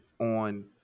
on